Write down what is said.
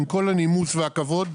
עם כל הנימוס והכבוד?